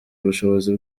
ubushobozi